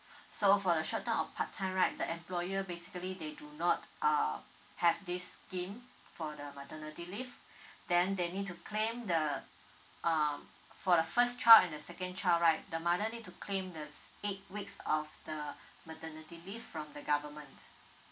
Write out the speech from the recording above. so for the short term or part time right the employer basically they do not uh have this scheme for the maternity leave then they need to claim the um for the first child and the second child right the mother need to claim the eight weeks of the maternity leave from the government